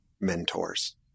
mentors